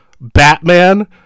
Batman